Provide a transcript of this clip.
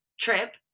trip